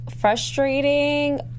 Frustrating